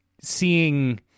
seeing